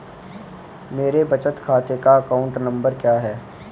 मेरे बचत खाते का अकाउंट नंबर क्या है?